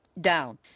down